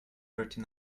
thirty